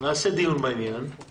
נקיים דיון בעניין.